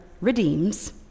redeems